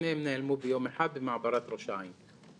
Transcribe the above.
שניהם נעלמו ביום אחד במעברת ראש העין.